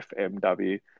FMW